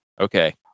okay